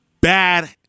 Bad